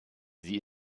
sie